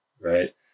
right